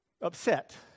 upset